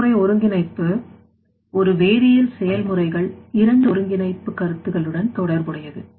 செயல்முறை ஒருங்கிணைப்பு ஒரு வேதியியல் செயல்முறைகள் இரண்டு ஒருங்கிணைப்பு கருத்துகளுடன் தொடர்புடையது